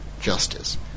justice